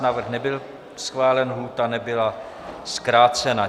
Návrh nebyl schválen, lhůta nebyla zkrácena.